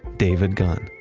david gunn.